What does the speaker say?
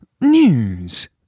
news